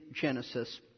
Genesis